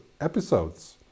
episodes